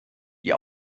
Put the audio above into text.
die